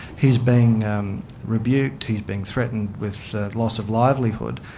he's been rebuked, he's been threatened with loss of livelihood,